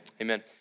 amen